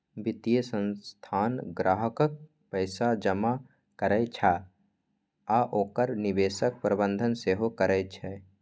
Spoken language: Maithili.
वित्तीय संस्थान ग्राहकक पैसा जमा करै छै आ ओकर निवेशक प्रबंधन सेहो करै छै